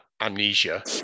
amnesia